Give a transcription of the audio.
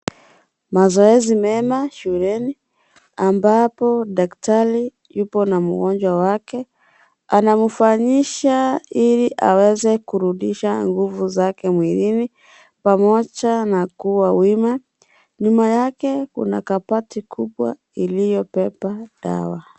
Mazoezi mema shuleni , ambapo daktari yupo na mgonjwa wake , anamfanyisha ili aweze kurudisha nguvu zake mwilini pamoja na kuwa wima , nyuma yake kuna kabati kubwa iliyobeba dawa.